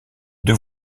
deux